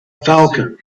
falcon